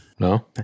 No